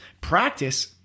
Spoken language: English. Practice